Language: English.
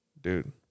Dude